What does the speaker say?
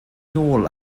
nôl